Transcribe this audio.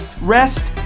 rest